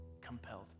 compelled